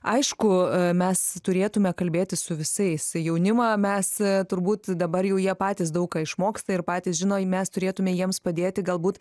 aišku mes turėtume kalbėti su visais jaunimą mes turbūt dabar jau jie patys daug ką išmoksta ir patys žino mes turėtume jiems padėti galbūt